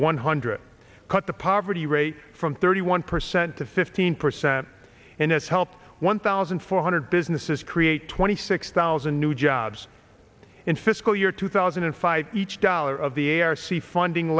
one hundred cut the poverty rate from thirty one percent to fifteen percent and that's helped one thousand four hundred businesses create twenty six thousand new jobs in fiscal year two thousand and five each dollar of the a r c funding